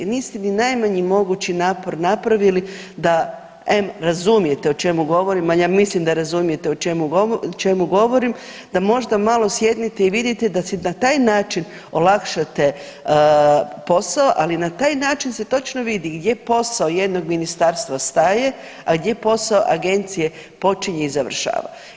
Niste ni najmanji mogući napor napravili da em razumijete o čemu govorim, al ja mislim da razumijete o čemu govorim, da možda malo sjednete i vidite da si na taj način olakšate posao, ali na taj način se točno vidi gdje posao jednog ministarstva staje, a gdje posao agencije počinje i završava.